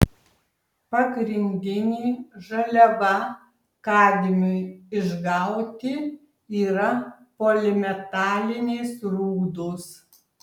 pagrindinė žaliava kadmiui išgauti yra polimetalinės rūdos